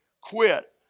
quit